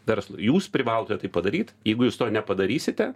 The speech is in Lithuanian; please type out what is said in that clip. verslui jūs privalote tai padaryt jeigu jūs to nepadarysite